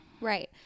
Right